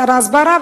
שר ההסברה,